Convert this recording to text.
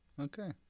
Okay